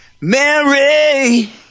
Mary